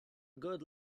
good